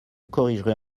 corrigerait